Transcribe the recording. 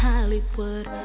Hollywood